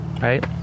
Right